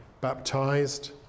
baptized